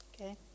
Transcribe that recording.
Okay